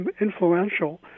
influential